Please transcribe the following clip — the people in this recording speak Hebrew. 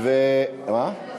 למה?